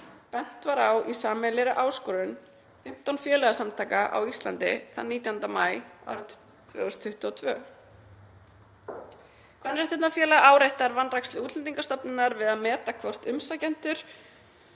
bent var á í sameiginlegri áskorun 15 félagasamtaka á Íslandi þann 19. maí 2022.“ Kvenréttindafélag áréttar vanrækslu Útlendingastofnunar við að meta hvort umsækjendur